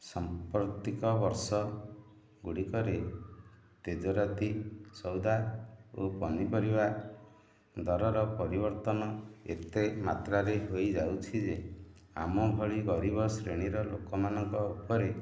ସାମ୍ପ୍ରତିକ ବର୍ଷଗୁଡ଼ିକରେ ତେଜରାତି ସଉଦା ଓ ପନିପରିବା ଦରର ପରିବର୍ତ୍ତନ ଏତେ ମାତ୍ରାରେ ହୋଇଯାଉଛି ଯେ ଆମ ଭଳି ଗରିବ ଶ୍ରେଣୀର ଲୋକମାନଙ୍କ ଉପରେ